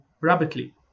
rapidly